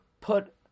put